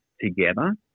together